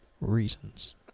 reasons